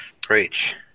Preach